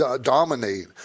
dominate